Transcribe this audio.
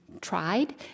tried